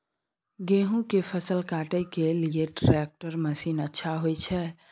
गेहूं के फसल काटे के लिए कोन ट्रैक्टर मसीन अच्छा होय छै?